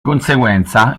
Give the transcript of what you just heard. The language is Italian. conseguenza